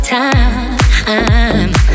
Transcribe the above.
time